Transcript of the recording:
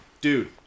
Dude